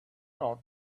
nod